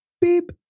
Beep